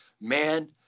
man